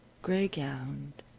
gray-gowned,